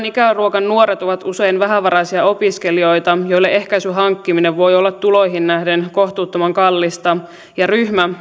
ikäluokan nuoret ovat usein vähävaraisia opiskelijoita joille ehkäisyn hankkiminen voi olla tuloihin nähden kohtuuttoman kallista ja ryhmä